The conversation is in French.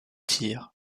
tir